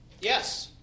Yes